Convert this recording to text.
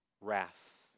wrath